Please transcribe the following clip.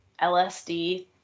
LSD